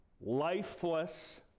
lifeless